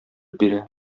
бирә